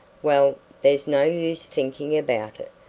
well, there's no use thinking about it!